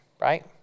right